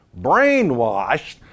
Brainwashed